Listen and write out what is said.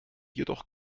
jedoch